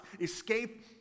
Escape